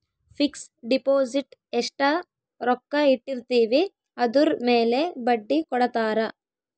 fix deposit ಎಸ್ಟ ರೊಕ್ಕ ಇಟ್ಟಿರ್ತಿವಿ ಅದುರ್ ಮೇಲೆ ಬಡ್ಡಿ ಕೊಡತಾರ